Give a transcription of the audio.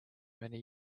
many